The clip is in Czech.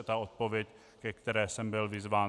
To je odpověď, ke které jsem byl vyzván.